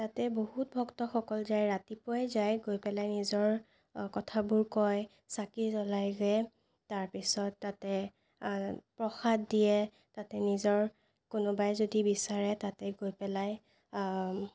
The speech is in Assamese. তাতে বহুত ভক্তসকল যায় ৰাতিপুৱাই যায় গৈ পেলাই নিজৰ কথাবোৰ কয় চাকি জ্বলায়গৈ তাৰ পিছত তাতে প্ৰসাদ দিয়ে তাতে নিজৰ কোনোবাই যদি বিচাৰে তাতে গৈ পেলাই